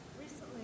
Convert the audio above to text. recently